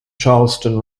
charleston